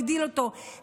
הגדיל אותו,